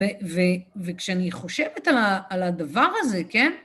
וכשאני חושבת על הדבר הזה, כן